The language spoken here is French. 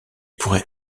pourrait